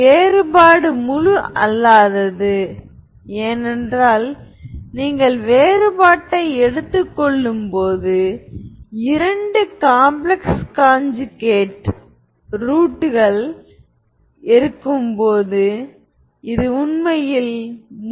ஒரு சமச்சீரான அணி ஒரு சிம்மெட்ரிக் மேட்ரிக்ஸுக்கு ஐகென் வெக்டர் காம்ப்ளெக்ஸ் ஆக இருந்தால் நீங்கள் உண்மையில் அவற்றை உண்மையானதாக்கலாம்